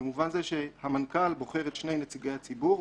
במובן זה שהמנכ"ל בוחר את שני נציגי הציבור.